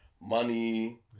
money